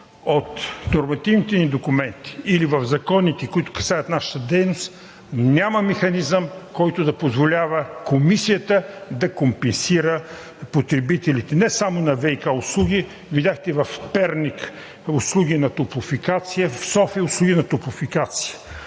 от нормативните ни документи или в законите, касаещи нашата дейност, няма механизъм, който да позволява Комисията да компенсира потребителите – не само на ВиК услуги. Видяхте в Перник услуги на „Топлофикация“, в София услуги на „Топлофикация“